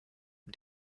mit